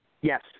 Yes